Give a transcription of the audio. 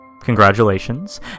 Congratulations